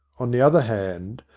on the other hand,